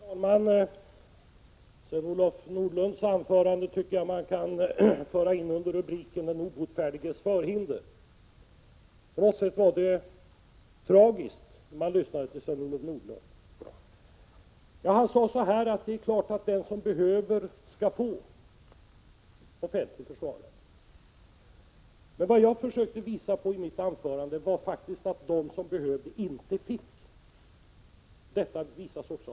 Herr talman! Jag tycker att man kan föra in Sven-Olof Nordlunds anförande under rubriken Den obotfärdiges förhinder. På något sätt var det tragiskt att höra hans argumentering. Han sade att den som behöver offentlig försvarare skall få det. Men vad jag försökte visa i mitt anförande var att de som behöver offentlig försvarare inte får det.